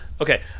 Okay